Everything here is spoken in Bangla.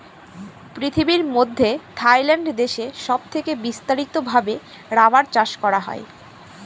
পৃথিবীর মধ্যে থাইল্যান্ড দেশে সব থেকে বিস্তারিত ভাবে রাবার চাষ করা হয়